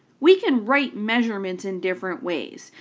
we can write measurements in different ways,